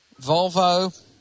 Volvo